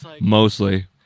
Mostly